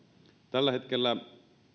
tällä hetkellä